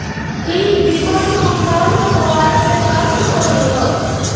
की बीमा के भुगतान हम मोबाइल से कर सको हियै?